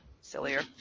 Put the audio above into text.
sillier